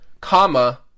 comma